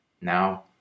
Now